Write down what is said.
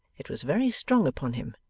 it was very strong upon him,